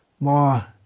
more